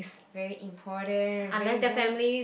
very important very very